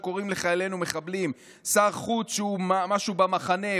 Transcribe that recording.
שקוראים לחיילנו מחבלים?! שר חוץ שהוא גיבור במחנה,